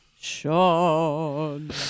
Sean